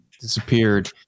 disappeared